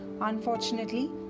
Unfortunately